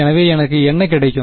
எனவே எனக்கு என்ன கிடைக்கும்